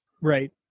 Right